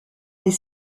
les